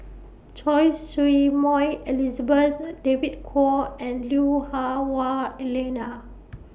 Choy Su Moi Elizabeth David Kwo and Lui Hah Wah Elena